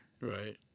right